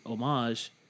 homage